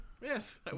Yes